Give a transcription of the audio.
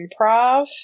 improv